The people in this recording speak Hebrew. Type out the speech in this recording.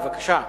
בבקשה.